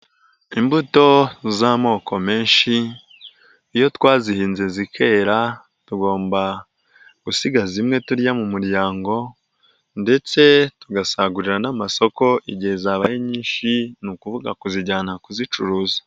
Imbuto z'amoko menshi iyo twazihinze zikera tugomba gusiga zimwe turya mu muryango, ndetse tugasagurira n'amasoko igihe zabaye nyinshi, ni ukuvuga kuzijyana kuzicuruza.